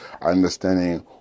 understanding